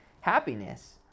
happiness